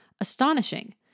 Astonishing